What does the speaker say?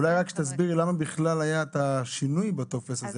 אולי רק תסבירי למה היה השינוי הזה?